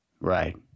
right